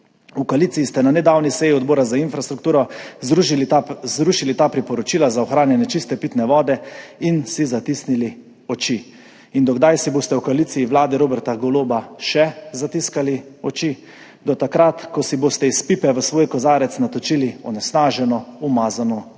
V koaliciji ste na nedavni seji Odbora za infrastrukturo zrušili ta priporočila za ohranjanje čiste pitne vode in si zatisnili oči. Do kdaj si boste v koaliciji vlade Roberta Goloba še zatiskali oči? Do takrat, ko si boste iz pipe v svoj kozarec natočili onesnaženo, umazano vodo.